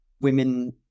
women